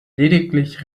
lediglich